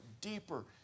deeper